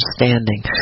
understanding